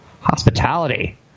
hospitality